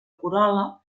corol·la